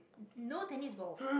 no tennis balls